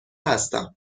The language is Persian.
هستم